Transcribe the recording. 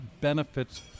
benefits